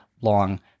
long